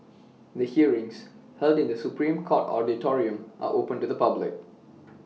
the hearings held in the Supreme court auditorium are open to the public